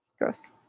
Gross